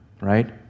right